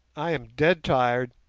i am dead tired,